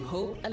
Hope